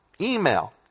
email